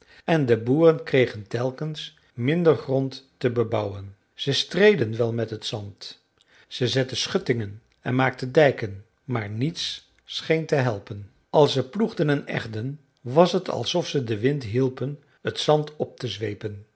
en de boeren kregen telkens minder grond te bebouwen ze streden wel met het zand ze zetten schuttingen en maakten dijken maar niets scheen te helpen als ze ploegden en egden was het alsof ze den wind hielpen het zand op te zweepen